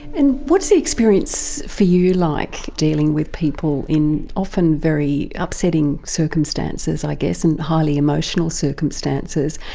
and what's the experience for you you like, dealing with people in often very upsetting circumstances i guess and highly emotional circumstances,